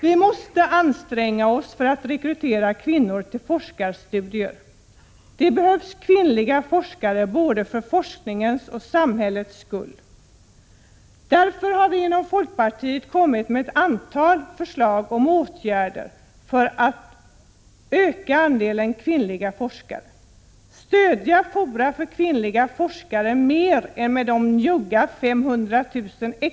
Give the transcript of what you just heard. Vi måste anstränga oss för att rekrytera kvinnor till forskarstudier. Det behövs kvinnliga forskare både för forskningens och samhällets skull. Därför har vi inom folkpartiet kommit med ett antal förslag om åtgärder för att öka andelen kvinnliga forskare, stödja fora för kvinnliga forskare mer än med de njugga 500 000 kr.